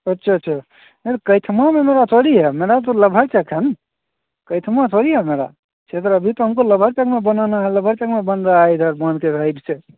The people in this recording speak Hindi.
अच्छा अच्छा नहीं तो कैथमा में मेरा थोड़ी है मेरा तो लभैचक है ना कैथमा थोड़ी है मेरा अभी तो लभरचक में बनाना है लभरचक में बन रहा इधर में बांध के राईड से